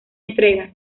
entrega